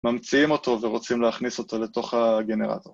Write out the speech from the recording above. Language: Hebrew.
ממציאים אותו, ורוצים להכניס אותו לתוך ה...גנרטור.